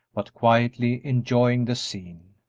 but quietly enjoying the scene.